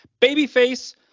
Babyface